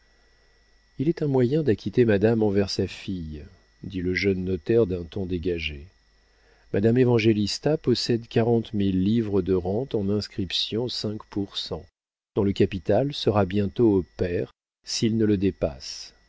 il est un moyen d'acquitter madame envers sa fille dit le jeune notaire d'un ton dégagé madame évangélista possède quarante mille livres de rentes en inscriptions cinq pour cent dont le capital sera bientôt au pair s'il ne le dépasse